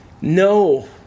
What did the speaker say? no